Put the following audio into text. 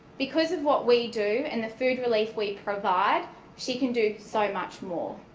because of what we do and the food release we provide she can do so much more.